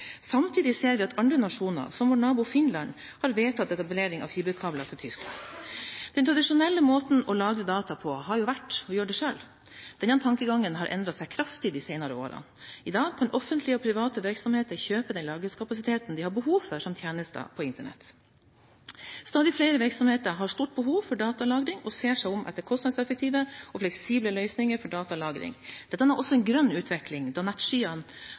Samtidig ser vi at andre nasjoner, som vår nabo Finland, har vedtatt etablering av fiberkabler til Tyskland. Den tradisjonelle måten å lagre data på har vært å gjøre det selv, men den tankegangen har endret seg kraftig de senere årene. I dag kan offentlige og private virksomheter kjøpe den lagringskapasiteten de har behov for, som tjeneste på internett. Stadig flere virksomheter har stort behov for datalagring og ser seg om etter kostnadseffektive og fleksible løsninger for datalagring. Dette er også en grønn utvikling,